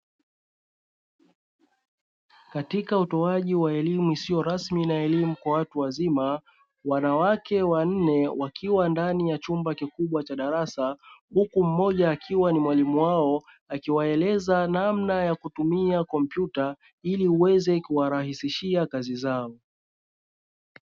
Katika utoaji wa elimu isiyo rasmi na elimu kwa watu wazima wanawake wanne wakiwa ndani ya chumba kikubwa cha darasa, huku mmoja akiwa ni mwalimu wao akiwaeleza namna ya kutumia kompyuta ili uweze kuwarahisishia kazi zao.